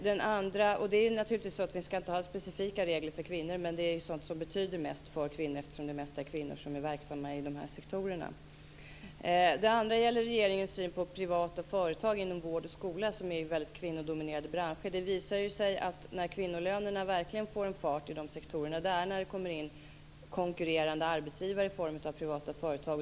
Vi ska naturligtvis inte ha specifika regler för kvinnor, men det är mest kvinnor som är verksamma inom tjänstesektorn. Den andra frågan gäller regeringens syn på privata företag inom vård och skola, som ju är en väldigt kvinnodominerad bransch. När kvinnolönerna verkligen får fart inom dessa sektorer är när det kommer in konkurrerande arbetsgivare i form av privata företag.